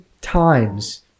times